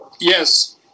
Yes